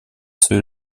своей